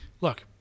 Look